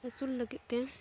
ᱟᱹᱥᱩᱞ ᱞᱟᱹᱜᱤᱫᱼᱛᱮ